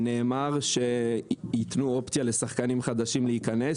נאמר שייתנו אופציה לשחקנים חדשים להיכנס.